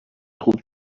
خوب